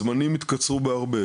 הזמנים התקצרו בהרבה,